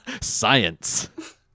Science